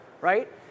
right